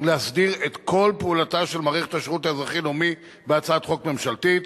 להסדיר את כל פעולתה של מערכת השירות האזרחי-לאומי בהצעת חוק ממשלתית,